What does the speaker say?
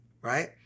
right